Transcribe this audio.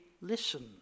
listen